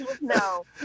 no